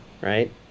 right